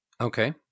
Okay